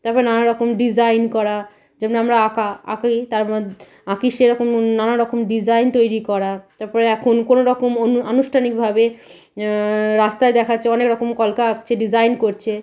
তারপরে নানা রকম ডিজাইন করা যেমনি আমরা আঁকা আঁকি তার মতো আঁকি সেরকম নানারকম ডিজাইন তৈরি করা তারপরে এখন কোনো রকম অনু আনুষ্ঠানিকভাবে রাস্তায় দেখাচ্ছে অনেক রকম কলকা আঁকছে ডিজাইন করছে